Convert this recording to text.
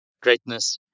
greatness